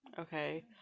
Okay